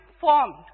formed